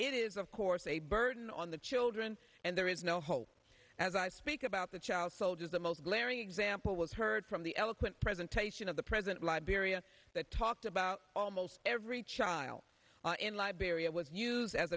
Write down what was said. it is of course a burden on the children and there is no hope as i speak about the child soldiers the most glaring example was heard from the eloquent presentation of the present liberia that talked about almost every child in liberia was used as